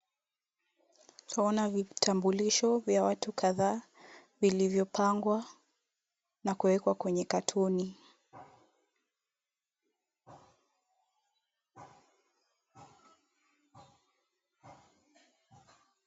Twaona vitambulisho vya watu kadhaa, vilivyopangwa na kuwekwa kwenye katoni.